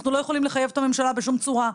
אנחנו לא יכולים לחייב את הממשלה בשום צורה.